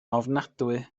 ofnadwy